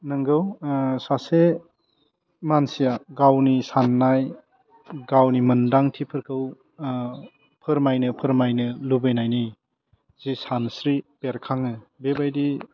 नोंगौ सासे मानसिया गावनि सान्नाय गावनि मोन्दांथिफोरखौ फोरमायनो फोरमायनो लुबैनायनि जि सानस्रि बेरखाङो बेबायदि